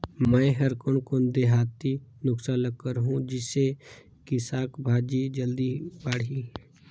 मै हर कोन कोन देहाती नुस्खा ल करहूं? जिसे कि साक भाजी जल्दी बाड़ही?